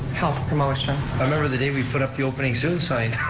health promotion. i remember the day we put up the opening soon sign,